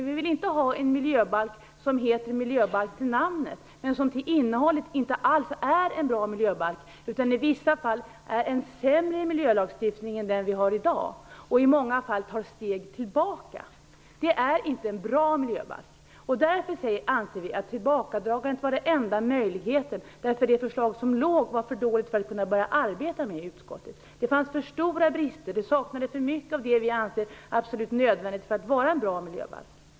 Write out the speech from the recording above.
Vi vill inte ha en miljöbalk som till namnet men inte alls till innehållet är en bra miljöbalk, utan i vissa fall är en sämre miljölagstiftning än den vi har i dag och i många fall tar ett steg tillbaka. Det är inte en bra miljöbalk. Vi anser därför att den enda möjligheten var att att dra tillbaka förslaget. Det förslag som låg var för dåligt för att utskottet skulle kunna börja arbeta med det. Det fanns för stora brister. Det saknades för mycket av det vi anser absolut nödvändigt för att det skall vara en bra miljöbalk.